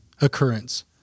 occurrence